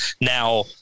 Now